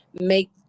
make